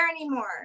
anymore